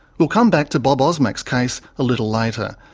we'll come back to bob osmak's case a little later.